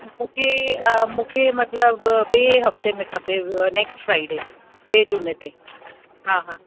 मूंखे मूंखे मतलबु ॿिएं हफ़्ते में खपे नेक्स्ट फ़्राइडे ॿिएं जुम्मे ते हा हा